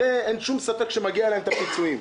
הרי אין שום ספק שמגיע להם לקבל פיצויים.